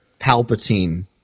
Palpatine